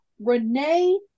Renee